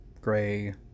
Gray